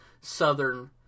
Southern